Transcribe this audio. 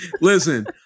listen